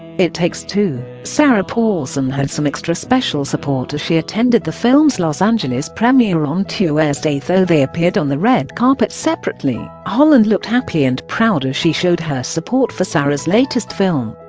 it takes two! sarah paulson had some extra special support as she attended the film's los angeles premiere on tuesdaythough they appeared on the red carpet separately, holland looked happy and proud as she showed her support for sarah's latest film